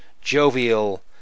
jovial